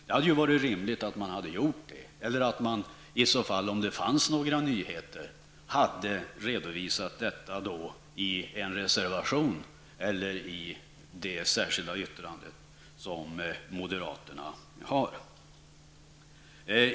Det hade varit rimligt att göra det eller, om det fanns några nyheter, att redovisa detta i en reservation eller i det särskilda yttrandet som moderaterna har.